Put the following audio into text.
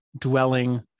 dwelling